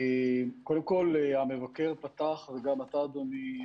קודם כל, המבקר פתח, וגם אתה אדוני,